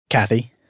Kathy